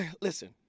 Listen